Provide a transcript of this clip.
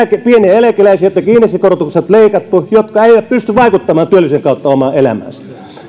pieniä eläkeläisiä joilta indeksikorotukset on leikattu jotka eivät pysty vaikuttamaan työllisyyden kautta omaan elämäänsä